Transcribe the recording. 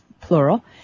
plural